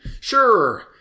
Sure